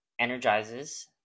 energizes